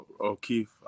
O'Keefe